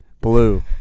Blue